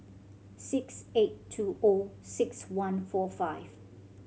six eight two O six one four five